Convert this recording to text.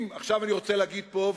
עכשיו אני רוצה להגיד פה,